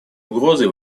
угрозы